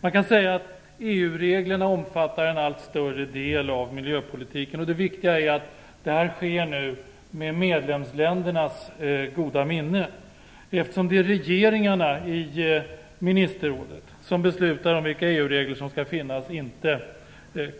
Man kan säga att EU-reglerna omfattar en allt större del av miljöpolitiken, och det viktiga är att detta nu sker med medlemsländernas goda minne, eftersom det är regeringarna i ministerrådet som beslutar om vilka EU-regler som skall finnas - inte